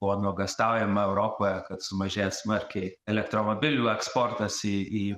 buvo nuogąstaujama europoje kad sumažės smarkiai elektromobilių eksportas į į